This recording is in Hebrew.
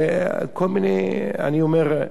וכל מיני, אני אומר,